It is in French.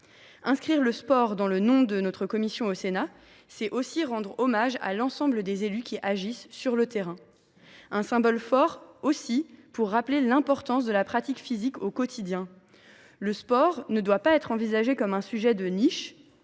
Inscrire le sport dans l’intitulé de notre commission sénatoriale serait aussi rendre hommage à l’ensemble des élus qui agissent sur le terrain. Ce serait un symbole fort, aussi, pour rappeler l’importance de la pratique physique au quotidien. Le sport ne doit pas être envisagé comme un sujet de niche.